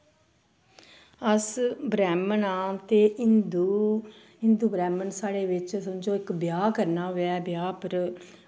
अस ब्रैह्मण आं ते हिन्दू हिन्दू ब्रैह्मण साढ़े बिच्च समझो इक्क ब्याह् करना होऐ ब्याह् उप्पर